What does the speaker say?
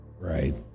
Right